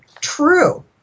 True